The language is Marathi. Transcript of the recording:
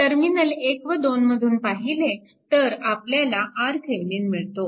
टर्मिनल 1 व 2 मधून पाहिले तर आपल्याला RThevenin मिळतो